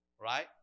right